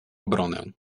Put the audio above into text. obronę